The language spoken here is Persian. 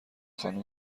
خانم